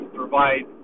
provide